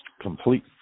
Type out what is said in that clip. complete